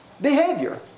behavior